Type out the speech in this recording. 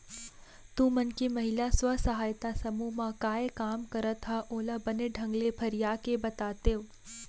तुमन के महिला स्व सहायता समूह म काय काम करत हा ओला बने ढंग ले फरिया के बतातेव?